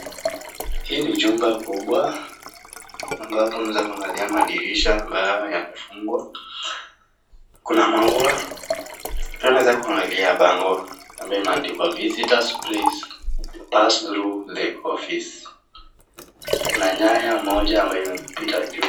Hii ni jumba kubwa ambapo unaweza kuangalia madirisha ambayo yamefungwa. Kuna maua pia unaweza kuangalia bango ambayo imeandikwa VISITORS PLEASE PASS THROUGH THE OFFICE .Kuna nyaya moja ambayo imepita juu.